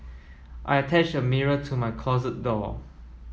I attached a mirror to my closet door